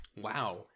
Wow